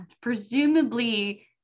Presumably